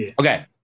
Okay